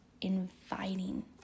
inviting